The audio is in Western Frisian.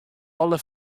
alle